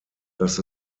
dass